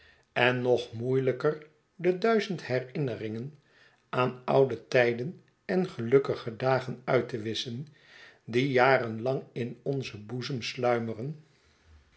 en nog moeielijker de duizend herinneringen aan oude tijden en gelukkige dagen uit te wisschen die jar en lang in onzen boezem sluimeren